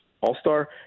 all-star